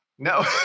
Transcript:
No